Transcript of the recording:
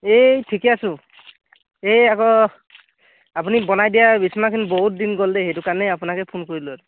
এই ঠিকে আছোঁ এই আকৌ আপুনি বনাই দিয়া বিছনাখন বহুত দিন গ'লে সেইটো কাৰণে আপোনাকে ফোন কৰিলোঁ আৰু